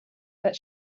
but